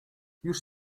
już